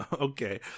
Okay